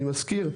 אני מזכיר,